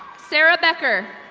sarah becker.